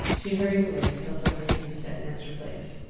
she hurried away to tell celestine to set an extra place.